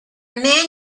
man